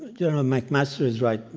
general mcmaster is right.